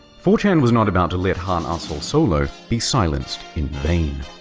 four chan was not about to let hanassholesolo be silenced in vain.